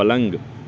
پلنگ